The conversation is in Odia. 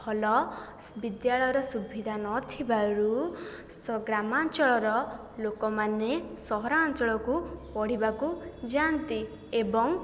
ଭଲ ବିଦ୍ୟାଳୟର ସୁବିଧା ନଥିବାରୁ ଗ୍ରାମାଞ୍ଚଳର ଲୋକମାନେ ସହରାଞ୍ଚଳକୁ ପଢ଼ିବାକୁ ଯାଆନ୍ତି ଏବଂ